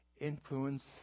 influence